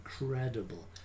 incredible